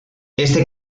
este